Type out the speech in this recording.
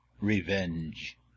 Revenge